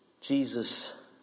Jesus